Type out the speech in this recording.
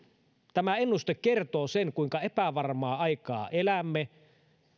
tämä ennuste kertoo sen kuinka epävarmaa aikaa elämme